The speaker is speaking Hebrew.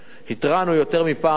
התרענו יותר מפעם אחת,